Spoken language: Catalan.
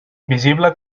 invisible